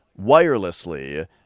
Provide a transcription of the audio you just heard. wirelessly